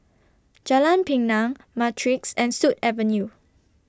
Jalan Pinang Matrix and Sut Avenue